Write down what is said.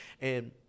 And-